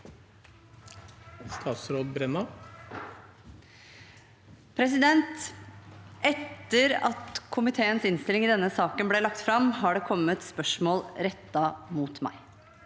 Etter at komite- ens innstilling i denne saken ble lagt fram, har det kommet spørsmål rettet mot meg.